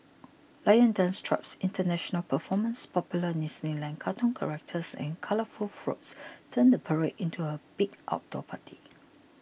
lion dance troupes international performers popular Disneyland cartoon characters and colourful floats turn the parade into a big outdoor party